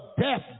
death